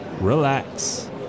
relax